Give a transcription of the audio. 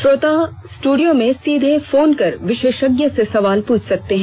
श्रोता स्टूडियो में सीधे फोन कर विशेषज्ञ से सवाल पूछ सकते हैं